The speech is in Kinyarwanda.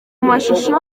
mashusho